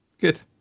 good